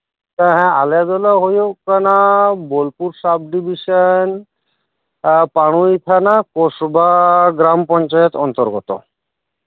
ᱦᱮᱸ ᱟᱞᱮᱫᱚᱞᱮ ᱦᱩᱭᱩᱜ ᱠᱟᱱᱟ ᱵᱚᱞᱯᱩᱨ ᱥᱟᱵᱰᱤᱵᱤᱥᱮᱱ ᱯᱟᱲᱩᱭ ᱛᱷᱟᱱᱟ ᱠᱚᱥᱵᱟ ᱜᱨᱟᱢ ᱯᱚᱧᱪᱟᱭᱮᱛ ᱚᱱᱛᱚᱨᱜᱚᱛᱚ